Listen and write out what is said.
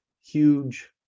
huge